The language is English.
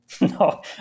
No